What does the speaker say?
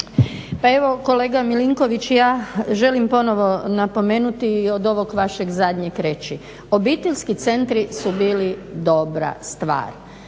Pa evo kolega Milinković, ja želim ponovo napomenuti i od ovog vašeg zadnjeg reći. Obiteljski centri su bili dobra stvar